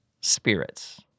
spirits